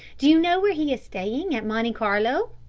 do you know where he is staying at monte carlo?